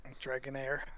Dragonair